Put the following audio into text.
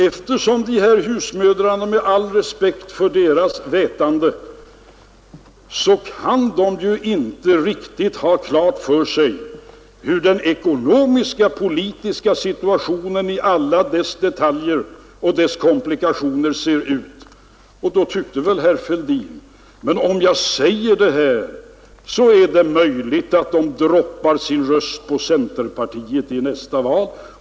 Eftersom de här husmödrarna — med all respekt för deras vetande — ju inte riktigt kan ha klart för sig hur den ekonomisk-politiska situationen i alla sina detaljer och komplikationer ser ut, så tyckte väl herr Fälldin att om han yttrade sig som han gjorde, kan det ju hända att de lägger sina röster på centerpartiet i nästa val.